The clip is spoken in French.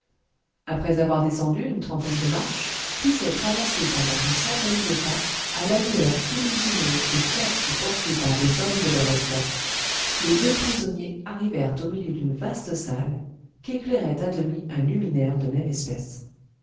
après avoir descendu une trentaine de marches puis s'être avancés pendant une centaine de pas à la lueur fuligineuse de torches portées par les hommes de leur escorte les deux prisonniers arrivèrent au milieu d'une vaste salle qu'éclairait à demi un luminaire de même espèce